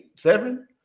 Seven